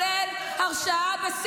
השר לביטחון לאומי,